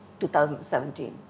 2017